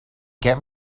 get